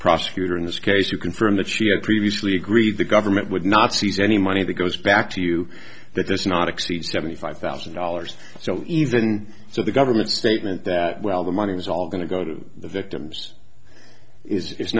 prosecutor in this case to confirm that she had previously agreed the government would not seize any money that goes back to you that this not exceed seventy five thousand dollars so even so the government statement that well the money was all going to go to the victims and it's